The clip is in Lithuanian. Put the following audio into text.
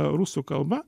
rusų kalba